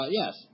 yes